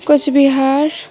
Cooch Behar